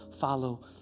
follow